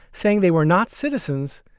saying they were not citizens,